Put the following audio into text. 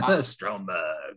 Stromberg